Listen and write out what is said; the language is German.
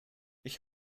ich